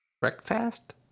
Breakfast